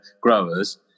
growers